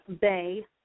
Bay